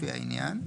לפי העניין,